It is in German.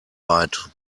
weit